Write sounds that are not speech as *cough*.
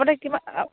*unintelligible*